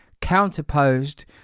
counterposed